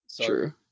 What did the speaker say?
True